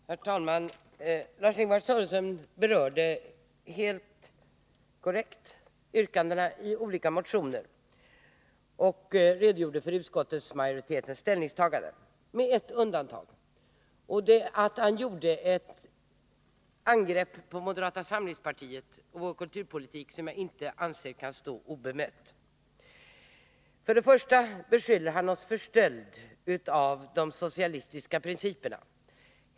Herr talman! Lars-Ingvar Sörenson berörde helt korrekt yrkandena i olika motioner och redogjorde för utskottsmajoritetens ställningstagande — med ett undantag: han gjorde ett angrepp på moderata samlingspartiet och vår kulturpolitik som jag anser inte kan stå obemött. Han beskyllde oss för stöld av de socialistiska principerna.